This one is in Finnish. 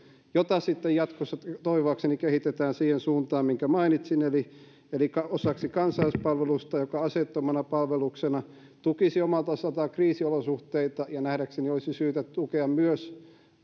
jota sitten jatkossa toivoakseni kehitetään siihen suuntaan minkä mainitsin eli osaksi kansalaispalvelusta joka aseettomana palveluksena tukisi omalta osaltaan kriisiolosuhteita ja jonka nähdäkseni olisi syytä tukea myös